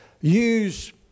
Use